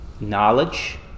Knowledge